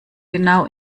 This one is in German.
genau